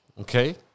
okay